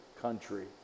country